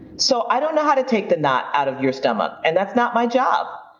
so i don't know how to take the knot out of your stomach and that's not my job,